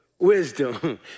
Wisdom